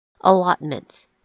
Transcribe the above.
allotments